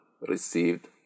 received